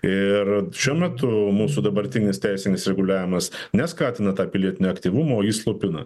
ir šiuo metu mūsų dabartinis teisinis reguliavimas ne skatina tą pilietinį aktyvumą o jį slopina